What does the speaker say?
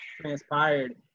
transpired